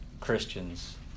Christians